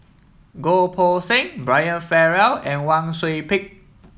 Goh Poh Seng Brian Farrell and Wang Sui Pick